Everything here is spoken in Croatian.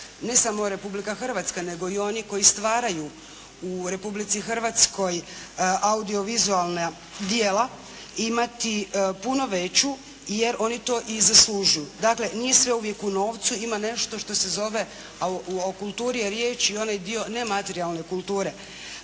ne samo Republika Hrvatska nego i oni koji stvaraju u Republici Hrvatskoj audio-vizualna djela imati puno veću jer oni to i zaslužuju. Dakle, nije sve uvijek u novcu. Ima nešto što se zove, a o kulturi je riječ i onaj dio nematerijalne kulture,